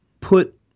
put